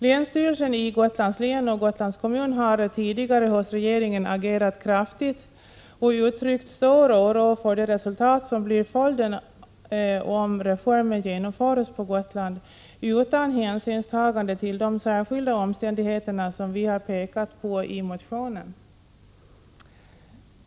Länsstyrelsen i Gotlands län och Gotlands kommun har tidigare hos regeringen agerat kraftigt och uttryckt stor oro för det resultat som blir följden om reformen genomförs på Gotland utan hänsynstagande till de särskilda omständigheter som vi pekat på i motionen.